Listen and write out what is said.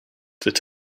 that